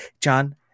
John